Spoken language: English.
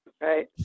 Right